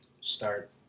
start